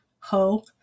Ho